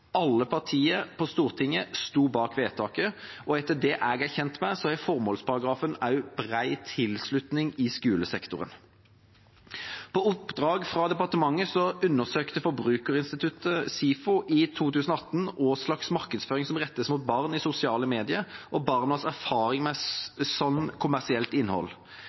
Alle partier på Stortinget sto bak vedtaket, og etter det jeg er kjent med, har formålsparagrafen også bred tilslutning i skolesektoren. På oppdrag fra departementet undersøkte Forbruksforskningsinstituttet SIFO i 2018 hva slags markedsføring som rettes mot barn i sosiale medier, og barnas erfaring med slikt kommersielt innhold.